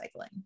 recycling